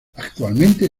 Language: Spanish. actualmente